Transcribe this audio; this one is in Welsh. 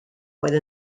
oedd